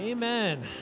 Amen